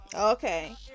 okay